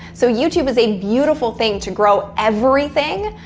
so, youtube is a beautiful thing to grow everything,